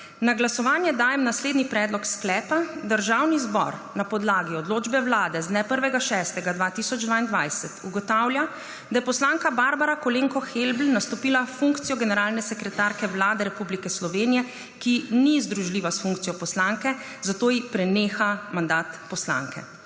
Na glasovanje dajem naslednji predlog sklepa: Državni zbor na podlagi odločbe Vlade z dne 1. 6. 2022 ugotavlja, da je poslanka Barbara Kolenko Helbl nastopila funkcijo generalne sekretarke Vlade Republike Slovenije, ki ni združljiva s funkcijo poslanke, zato ji preneha mandat poslanke.